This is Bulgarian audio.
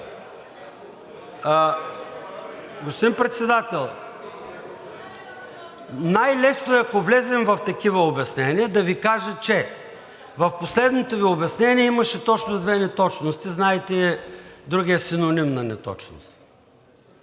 Господин Председател, най-лесно е, ако влезем в такива обяснения, да Ви кажа, че в последното Ви обяснение имаше точно две неточности. Знаете другия синоним на неточност.